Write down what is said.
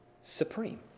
supreme